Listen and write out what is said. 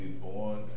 born